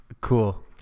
Cool